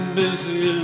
busy